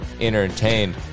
entertained